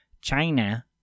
China